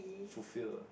fulfill